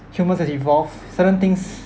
humans have evolved certain things